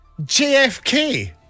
JFK